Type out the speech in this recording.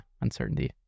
uncertainty